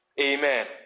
Amen